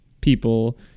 people